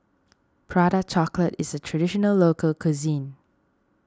Prata Chocolate is a Traditional Local Cuisine